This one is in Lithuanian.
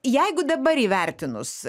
jeigu dabar įvertinus